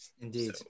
Indeed